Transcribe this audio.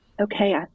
Okay